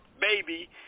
baby